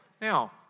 Now